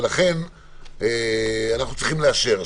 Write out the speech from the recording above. ולכן אנחנו צריכים לאשר.